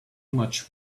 much